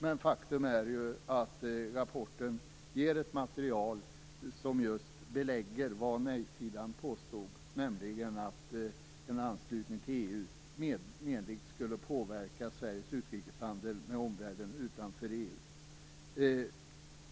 Men faktum är att rapporten ger ett material som just belägger vad nejsidan påstod, nämligen att en anslutning till EU menligt skulle påverka Sveriges utrikeshandel med omvärlden utanför EU.